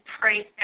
pray